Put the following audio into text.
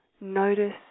Notice